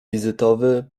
wizytowy